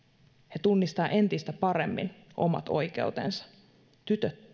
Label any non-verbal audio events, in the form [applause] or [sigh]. he tunnistavat entistä paremmin omat oikeutensa tytöt [unintelligible]